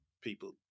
people